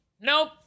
Nope